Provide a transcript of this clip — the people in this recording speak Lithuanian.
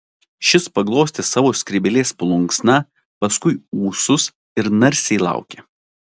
šis paglostė savo skrybėlės plunksną paskui ūsus ir narsiai laukė